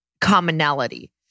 commonality